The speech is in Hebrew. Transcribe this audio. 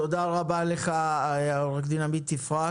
תודה רבה לך, עורך דין עמית יפרח.